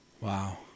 Wow